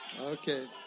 Okay